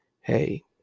Hey